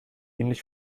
ähnlich